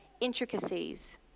intricacies